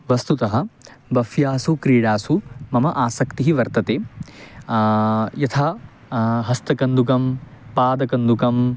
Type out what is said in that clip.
वस्तुतः बह्वीषु क्रीडासु मम आसक्तिः वर्तते यथा हस्तकन्दुकं पादकन्दुकं